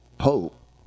hope